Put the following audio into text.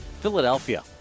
Philadelphia